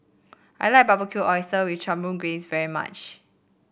I like Barbecue Oyster with Chipotle Glaze very much